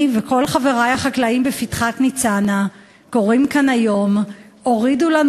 אני וכל חברי החקלאים בפתחת-ניצנה קוראים כאן היום: הורידו לנו